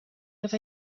have